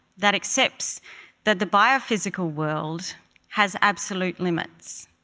that accepts that the biophysical world has absolute limits,